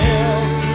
else